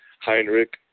Heinrich